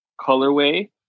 colorway